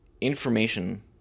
information